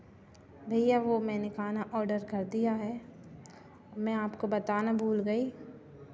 भैया वो मैंने खाना ऑर्डर कर दिया है मैं आपको बताना भूल गई